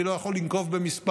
אני לא יכול לנקוב במספר.